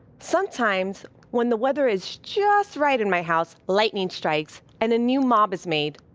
sometimes when the weather is just right in my house, lightning strikes, and a new mob is made.